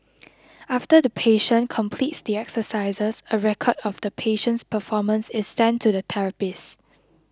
after the patient completes the exercises a record of the patient's performance is sent to the therapist